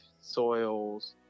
soils